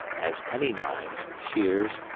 as penny knives, shears,